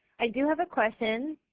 i do have a question.